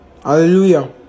hallelujah